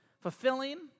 fulfilling